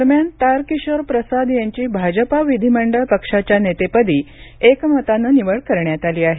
दरम्यान तारकिशोर प्रसाद यांची भाजपा विधीमंडळ पक्षाच्या नेतेपदी एकमतानं निवड करण्यात आली आहे